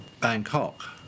Bangkok